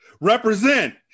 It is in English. represent